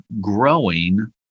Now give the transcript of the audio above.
growing